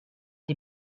die